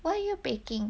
what are your baking